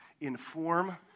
inform